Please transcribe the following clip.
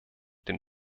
den